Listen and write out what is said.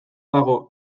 dago